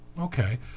Okay